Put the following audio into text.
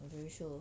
I'm very sure